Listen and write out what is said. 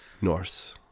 Norse